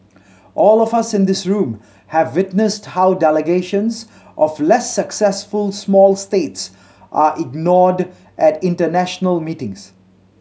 all of us in this room have witnessed how delegations of less successful small states are ignored at international meetings